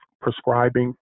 prescribing